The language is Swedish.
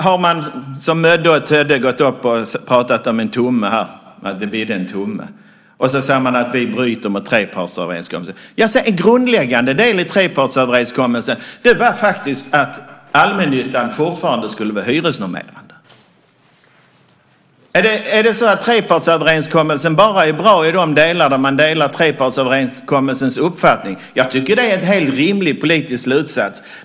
Man har som Mödde och Tödde gått upp och pratat om en tumme här, att det bidde en tumme. Och så säger man att vi bryter mot trepartsöverenskommelsen. En grundläggande del i trepartsöverenskommelsen var faktiskt att allmännyttan fortfarande skulle vara hyresnormerande. Är det så att trepartsöverenskommelsen bara är bra i de delar där man delar trepartsöverenskommelsens uppfattning? Jag tycker att det är en helt rimlig politisk slutsats.